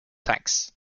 tanks